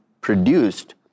produced